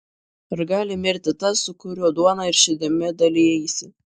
ar gali mirti tas su kuriuo duona ir širdimi dalijaisi